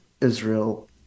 Israel